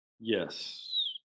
yes